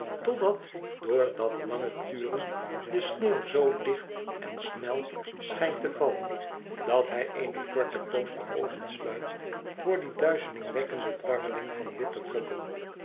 totdat door dat lange turen de sneeuw zoo dicht en snel schijnt te vallen dat hij eene korte poos de oogen sluit voor die duizelingwekkende dwarreling van witte vlokken